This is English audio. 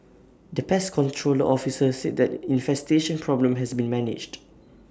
the pest control the officer said that infestation problem has been managed